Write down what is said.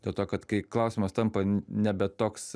dėl to kad kai klausimas tampa nebe toks